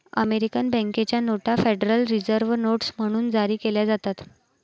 American बँकेच्या नोटा Federal Reserve notes म्हणून जारी केल्या जातात